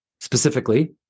specifically